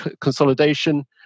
consolidation